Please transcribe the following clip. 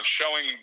showing